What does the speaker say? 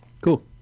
Cool